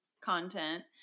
content